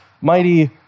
mighty